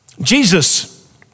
Jesus